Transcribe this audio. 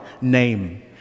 name